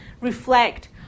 reflect